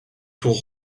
tour